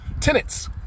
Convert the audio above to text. tenants